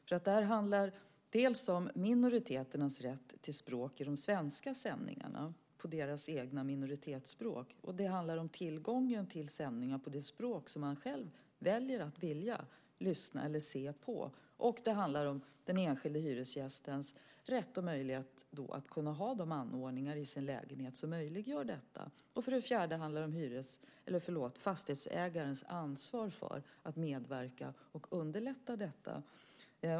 För det första handlar det om minoriteternas rätt till sina egna minoritetsspråk i de svenska sändningarna. För det andra handlar det om tillgången till sändningar på det språk som man själv väljer att lyssna eller se på. För det tredje handlar det om den enskilde hyresgästens rätt och möjlighet att ha de anordningar i sin lägenhet som möjliggör detta. För det fjärde handlar det om fastighetsägarens ansvar för att medverka till och underlätta detta.